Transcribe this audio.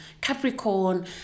Capricorn